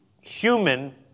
human